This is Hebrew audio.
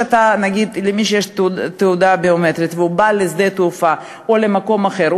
מי שיש לו תעודה ביומטרית והוא בא לשדה התעופה או למקום אחר,